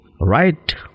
right